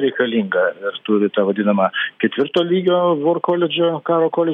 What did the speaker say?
reikalingą nes turi tą vadinamą ketvirto lygio wor koledžo karo koledžo